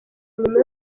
nyuma